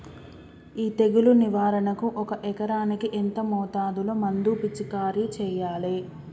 ఈ తెగులు నివారణకు ఒక ఎకరానికి ఎంత మోతాదులో మందు పిచికారీ చెయ్యాలే?